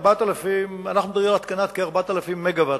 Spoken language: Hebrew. אנחנו מדברים על התקנת כ-4,000 מגוואט